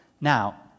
Now